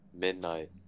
Midnight